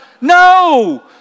No